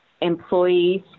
employees